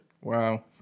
Wow